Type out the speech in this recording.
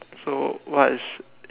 so what's